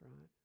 right